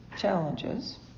Challenges